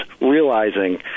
realizing